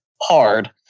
hard